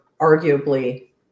arguably